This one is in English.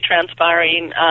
transpiring